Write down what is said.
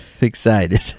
excited